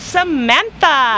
Samantha